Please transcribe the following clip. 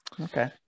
Okay